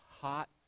hot